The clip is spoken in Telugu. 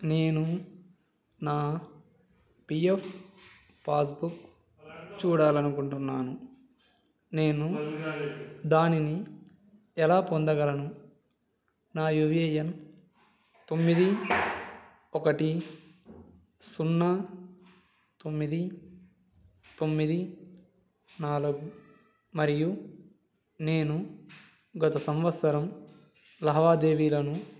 నేను నా పీ ఎఫ్ పాస్బుక్ చూడాలనుకుంటున్నాను నేను దానిని ఎలా పొందగలను నా యు ఏ యన్ తొమ్మిది ఒకటి సున్నా తొమ్మిది తొమ్మిది నాలుగు మరియు నేను గత సంవత్సరం లావాదేవీలను